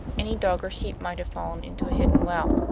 any dog or sheep might fall into a hidden well.